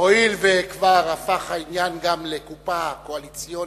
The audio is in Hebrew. הואיל וכבר הפך העניין גם לקופה קואליציונית,